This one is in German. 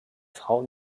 frau